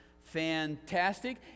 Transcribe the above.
Fantastic